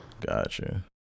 Gotcha